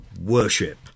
worship